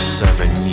seven